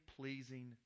pleasing